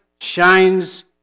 shines